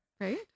right